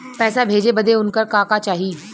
पैसा भेजे बदे उनकर का का चाही?